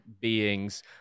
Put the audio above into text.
beings